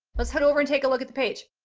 let's head over and take a look at the page!